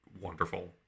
wonderful